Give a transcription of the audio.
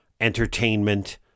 entertainment